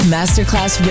Masterclass